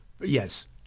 Yes